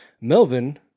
Melvin